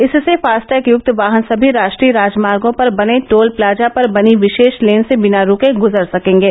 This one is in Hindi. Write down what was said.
इससे फास्टैग यक्त वाहन सभी राष्ट्रीय राजमार्गों पर बने टोल प्लाजा पर बनी विशेष लेन से बिना रूके गुजर सकेंगे